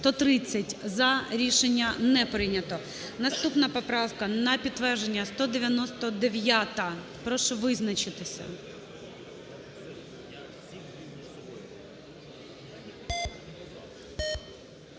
Рішення не прийнято. Наступна поправка на підтвердження – 199-а. Прошу визначитися.